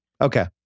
Okay